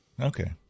Okay